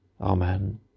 Amen